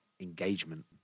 engagement